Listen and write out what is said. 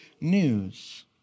news